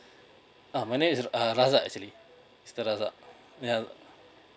uh my name is err razak actually is the razak